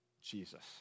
Jesus